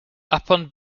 upon